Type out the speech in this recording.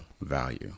value